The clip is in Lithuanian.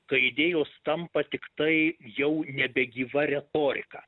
kai idėjos tampa tiktai jau nebegyva retorika